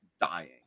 dying